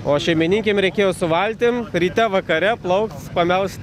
o šeimininkėm reikėjo su valtim ryte vakare plaukt pamelžt